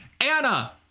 Anna